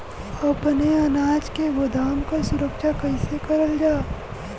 अपने अनाज के गोदाम क सुरक्षा कइसे करल जा?